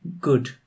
good